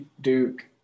Duke